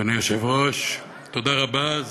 אדוני היושב-ראש, תודה רבה.